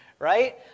right